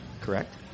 Correct